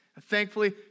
Thankfully